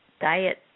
diet